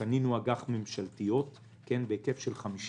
קנינו אג"ח ממשלתיות בהיקף של 50